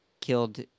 killed